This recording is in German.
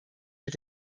mit